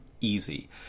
Easy